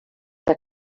der